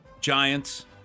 Giants